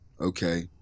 Okay